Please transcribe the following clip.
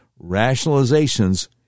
rationalizations